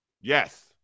Yes